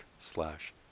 slash